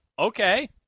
Okay